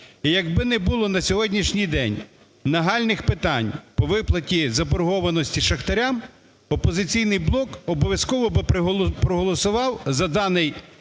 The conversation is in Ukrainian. якби не було на сьогоднішній день нагальних питань по виплаті заборгованості шахтарям, "Опозиційний блок" обов'язково би проголосував за даний